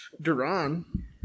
Duran